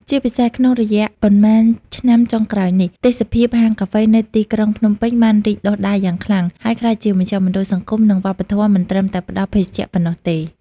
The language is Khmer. ជាពិសេសក្នុងរយៈប៉ុន្មានឆ្នាំចុងក្រោយនេះ ទេសភាពហាងកាហ្វេនៅទីក្រុងភ្នំពេញបានរីកដុះដាលយ៉ាងខ្លាំង ហើយក្លាយជាមជ្ឈមណ្ឌលសង្គម និងវប្បធម៌មិនត្រឹមតែផ្ដល់ភេសជ្ជៈប៉ុណ្ណោះទេ។